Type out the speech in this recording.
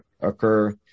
occur